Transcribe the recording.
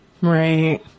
Right